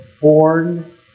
born